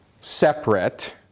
separate